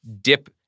dip